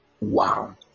Wow